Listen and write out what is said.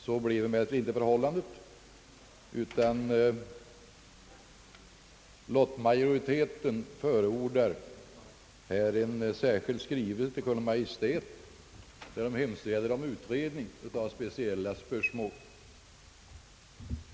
Så blev emellertid inte förhållandet, utan lottmajoriteten förordade en särskild skrivelse till Kungl. Maj:t med hemställan om utredning av speciella spörsmål.